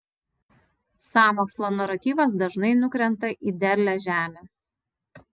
sąmokslo naratyvas dažnai nukrenta į derlią žemę